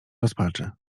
rozpaczy